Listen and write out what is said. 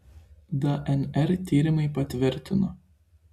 dnr tyrimai patvirtino